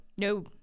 No